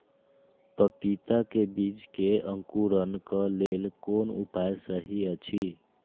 पपीता के बीज के अंकुरन क लेल कोन उपाय सहि अछि?